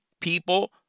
people